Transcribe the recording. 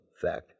fact